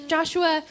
Joshua